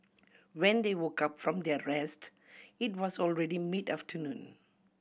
when they woke up from their rest it was already mid afternoon